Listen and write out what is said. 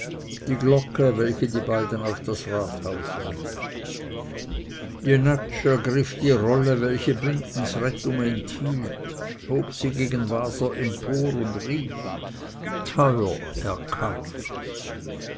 die glocke welche die beiden auf das rathaus rief jenatsch ergriff die rolle welche bündens rettung enthielt hob sie gegen waser empor und rief teuer erkauft